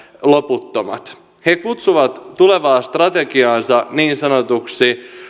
loputtomat he kutsuvat tulevaa strategiaansa niin sanotuksi